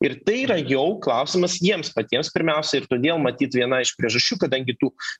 ir tai yra jau klausimas jiems patiems pirmiausiai todėl matyt viena iš priežasčių kadangi tų